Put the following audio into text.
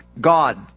God